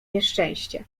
nieszczęście